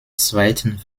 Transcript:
zweiten